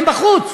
הם בחוץ.